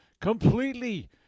completely